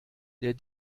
der